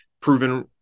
proven